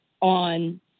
on